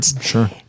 sure